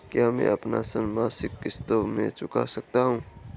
क्या मैं अपना ऋण मासिक किश्तों में चुका सकता हूँ?